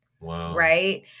right